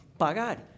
pagar